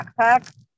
backpack